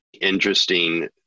interesting